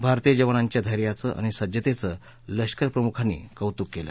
भारतीय जवानांच्या धत्तीवं आणि सज्जतघ्तलष्करप्रमुखांनी कौतुक कल्ल